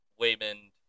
Waymond